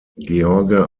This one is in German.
george